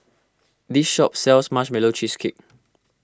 this shop sells Marshmallow Cheesecake